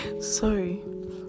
sorry